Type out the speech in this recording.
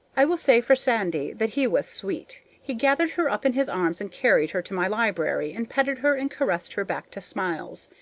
i will say for sandy that he was sweet. he gathered her up in his arms and carried her to my library, and petted her and caressed her back to smiles.